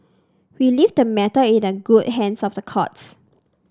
we leave the matter in the good hands of the courts